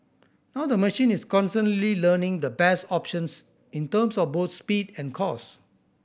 now the machine is constantly learning the best options in terms of both speed and cost